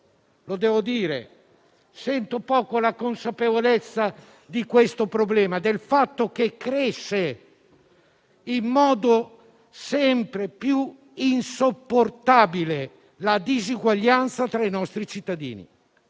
devo dire. Sento poco la consapevolezza di questo problema, e cioè del fatto che cresce in modo sempre più insopportabile la disuguaglianza tra i nostri cittadini.